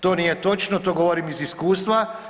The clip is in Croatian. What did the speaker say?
To nije točno, to govorim iz iskustva.